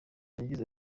yagize